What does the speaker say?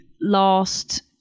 last